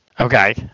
Okay